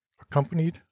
accompanied